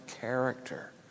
character